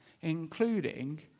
including